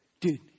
dude